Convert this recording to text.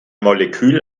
molekül